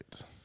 Right